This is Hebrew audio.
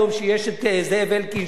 שיש זאב אלקין,